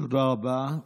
תודה רבה.